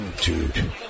Dude